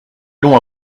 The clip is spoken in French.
long